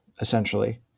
essentially